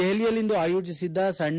ದೆಹಲಿಯಲ್ಲಿಂದು ಆಯೋಜಿಸಿದ್ದ ಸಣ್ಣ